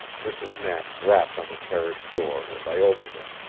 mrs. knapp rapped on the carriage door and i opened it.